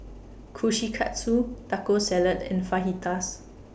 Kushikatsu Taco Salad and Fajitas